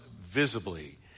visibly